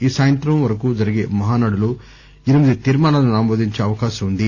ఈ సాయంగ్రం వరకు జరిగే మహానాడులో ఎనిమిది తీర్శానాలను ఆమోదించే అవకాశం వుంది